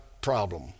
problem